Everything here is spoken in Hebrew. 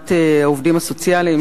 הפגנת העובדים הסוציאליים,